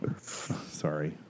Sorry